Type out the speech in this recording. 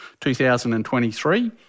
2023